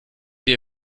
der